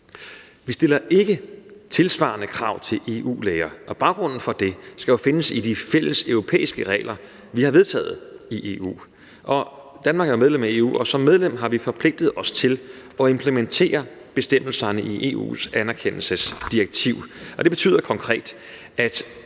Vi stiller ikke tilsvarende krav til EU-læger, og baggrunden for det skal jo findes i de fælles europæiske regler, vi har vedtaget i EU. Danmark er jo medlem af EU, og som medlem har vi forpligtet os til at implementere bestemmelserne i EU's anerkendelsesdirektiv. Det betyder konkret, at